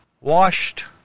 washed